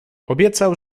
obiecał